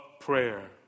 prayer